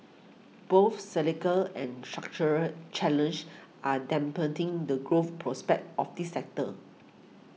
both cyclical and structural challenges are dampening the growth prospects of this sector